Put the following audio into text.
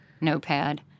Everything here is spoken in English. notepad